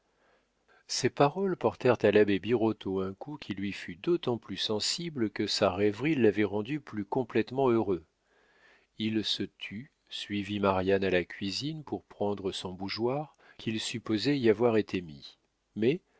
ces paroles portèrent à l'abbé birotteau un coup qui lui fut d'autant plus sensible que sa rêverie l'avait rendu plus complétement heureux il se tut suivit marianne à la cuisine pour prendre son bougeoir qu'il supposait y avoir été mis mais